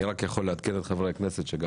אני רק יכול לעדכן את חברי הכנסת שגם